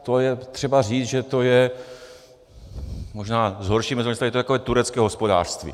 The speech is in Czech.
To je třeba říct, že to je...možná zhoršíme to, to je takové turecké hospodářství.